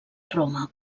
roma